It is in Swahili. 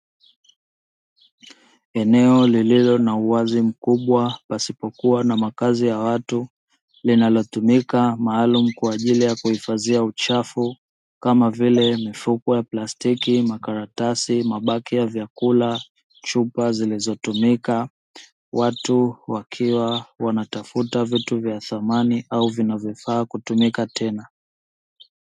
Eneo lililo na uwazi mkubwa pasipokua na makazi ya watu linalotumika maalumu kwa ajili ya kuhifadhia uchafu kama vile mifuko ya plastiki, makaratasi, mabaki ya vyakula, chupa zilizotumika. Watu wakiwa wanatafuta vitu vya thamani au vinavofaa kutumika tena.